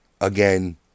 again